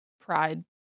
pride